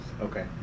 Okay